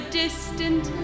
distant